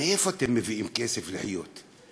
מאיפה אתם מביאים כסף לחיות?